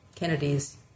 Kennedy's